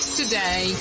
today